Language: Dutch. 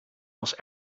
was